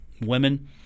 women